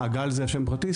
גל זה השם הפרטי?